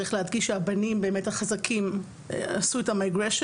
גיבשו שיטת רישום חדשה שאומרת: בחירת חטיבה על-פי רצון